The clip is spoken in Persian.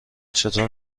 چطور